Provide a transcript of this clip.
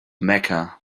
mecca